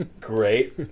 Great